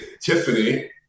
Tiffany